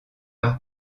leur